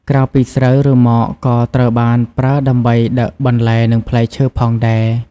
ក្រៅពីស្រូវ រ៉ឺម៉កក៏ត្រូវបានប្រើដើម្បីដឹកបន្លែនិងផ្លែឈើផងដែរ។